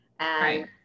Right